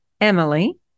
emily